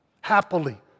Happily